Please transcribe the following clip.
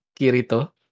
Kirito